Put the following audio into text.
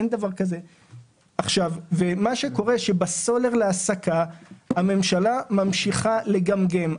מה שקורה זה שבסולר להסקה הממשלה ממשיכה לגמגם.